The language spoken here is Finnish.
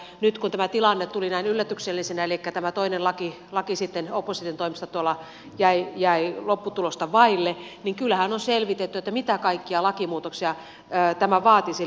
nyt kun tämä tilanne tuli näin yllätyksellisenä elikkä tämä toinen laki sitten opposition toimesta tuolla jäi lopputulosta vaille niin kyllähän on selvitetty mitä kaikkia lakimuutoksia tämä vaatisi